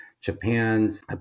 Japan's